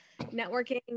networking